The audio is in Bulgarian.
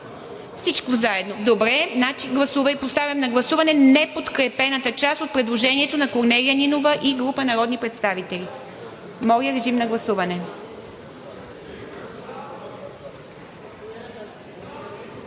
Всичко заедно, добре. Поставям на гласуване неподкрепената част от предложението на Корнелия Нинова и група народни представители. Точки 1, 7 и 8 са